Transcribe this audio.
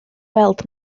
weld